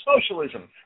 socialism